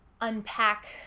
unpack